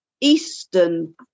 Eastern